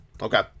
Okay